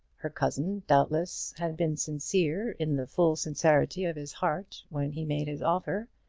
her cousin, doubtless, had been sincere in the full sincerity of his heart when he made his offer.